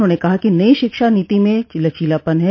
उन्होंने कहा कि नई शिक्षा नीति में लचीलापन है